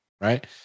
right